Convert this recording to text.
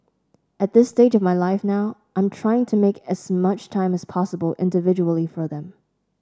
at this stage of my life now I'm trying to make as much time as possible individually for them